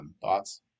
Thoughts